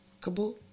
Kabul